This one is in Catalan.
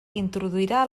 introduirà